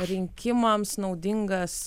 rinkimams naudingas